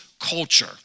culture